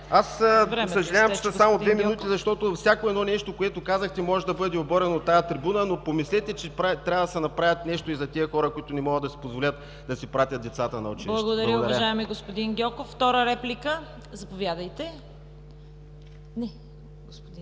Съжалявам, че са само две минути, защото всяко едно нещо, което казахте, може да бъде оборено от тази трибуна. Помислете, че трябва да се направи нещо и за хората, които не могат да си позволят да си пратят децата на училище. ПРЕДСЕДАТЕЛ ЦВЕТА КАРАЯНЧЕВА: Благодаря, уважаеми господин Гьоков. Втора реплика – заповядайте, господин